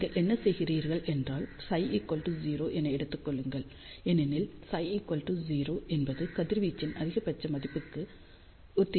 நீங்கள் என்ன செய்கிறீர்கள் என்றால் ψ 0 என எடுத்துக் கொள்ளுங்கள் ஏனெனில் ψ 0 என்பது கதிர்வீச்சின் அதிகபட்ச மதிப்புக்கு ஒத்திருக்கிறது